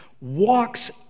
walks